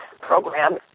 program